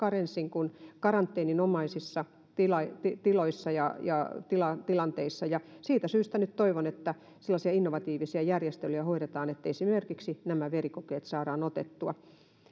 karanteenin omaisissa tiloissa tiloissa ja ja tilanteissa siitä syystä nyt toivon että sellaisia innovatiivisia järjestelyjä hoidetaan että esimerkiksi nämä verikokeet saadaan otettua